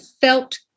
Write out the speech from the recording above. felt